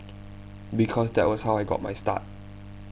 because that was how I got my start